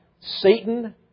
Satan